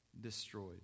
destroyed